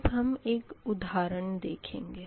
अब हम एक उधारण देखेंगे